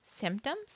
Symptoms